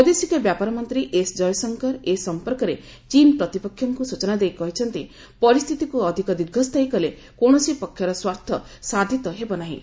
ବୈଦେଶିକ ବ୍ୟାପାରମନ୍ତ୍ରୀ ଏସ ଜୟଶଙ୍କର ଏ ସମ୍ପର୍କରେ ଚୀନ ପ୍ରତିପକ୍ଷଙ୍କୁ ସ୍ବଚନା ଦେଇ କହିଛନ୍ତି ଯେ ପରିସ୍ଥିତିକୁ ଅଧିକ ଦୀର୍ଘସ୍ଥାୟୀ କଲେ କୌଣସି ପକ୍ଷର ସ୍ପାସ୍ଥ୍ୟ ସାଧିତ ହେବ ନାହିଁ